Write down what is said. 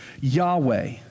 Yahweh